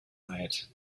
night